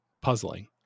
puzzling